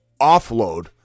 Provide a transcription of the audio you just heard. offload